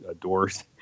doors